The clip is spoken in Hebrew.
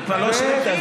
זה כבר לא שאילתה.